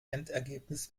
endergebnis